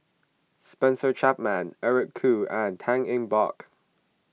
Spencer Chapman Eric Khoo and Tan Eng Bock